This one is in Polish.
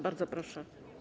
Bardzo proszę.